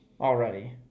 Already